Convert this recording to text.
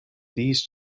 these